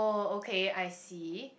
oh okay I see